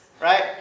right